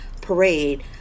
parade